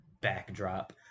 backdrop